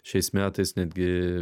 šiais metais netgi